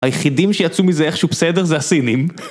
היחידים שיצאו מזה איכשהו בסדר זה הסינים.